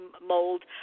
mold